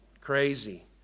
crazy